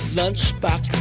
lunchbox